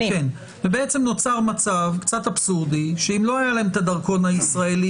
נוצר מצב קצת אבסורדי שאם לא היה להם את הדרכון הישראלי,